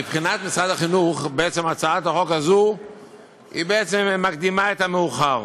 מבחינת משרד החינוך בעצם הצעת החוק הזו מקדימה את המאוחר.